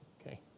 okay